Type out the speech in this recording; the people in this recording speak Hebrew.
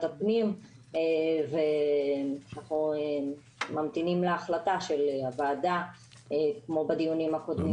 הפנים ואנחנו ממתינים להחלטה של הוועדה כמו בדיונים הקודמים.